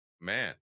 man